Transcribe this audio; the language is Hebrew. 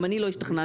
גם אני לא השתכנעתי,